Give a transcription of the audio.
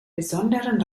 besonderen